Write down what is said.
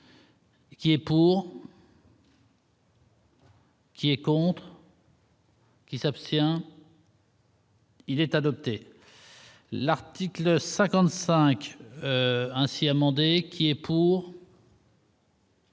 Qui est pour. Qui est contre. Qui s'abstient. Il est adopté. L'article 55, ainsi amendé. Qui est pour.